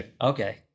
okay